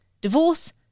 Divorce